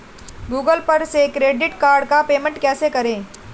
Google पर से credit card का पेमेंट कैसे करें?